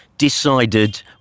decided